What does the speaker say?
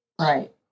Right